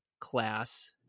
class